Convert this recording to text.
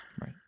Right